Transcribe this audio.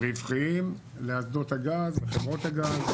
רווחיים לאסדות הגז וחברות הגז.